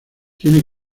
tiene